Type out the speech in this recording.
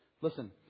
Listen